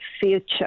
future